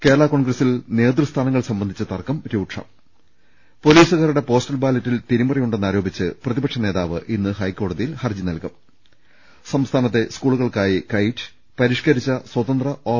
കേരള കോൺഗ്രസ് നേതൃസ്ഥാനങ്ങൾ സംബന്ധിച്ച തർക്കം രൂക്ഷം പൊലീസുകാരുടെ പോസ്റ്റൽ ബാലറ്റിൽ തിരിമറിയുണ്ടെന്നാരോപിച്ച് പ്രതിപക്ഷനേതാവ് ഇന്ന് ഹൈക്കോടതിയിൽ ഹർജി നൽകും സംസ്ഥാനത്തെ സ്കൂളുകൾക്കായി കൈറ്റ് പരിഷ്കരിച്ച സ്വതന്ത്ര ഓപ്പ